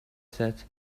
said